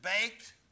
baked